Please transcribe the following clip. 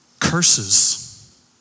Curses